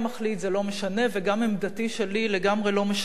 זה לא משנה, וגם עמדתי שלי לגמרי לא משנה.